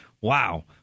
Wow